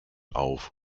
auf